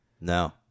No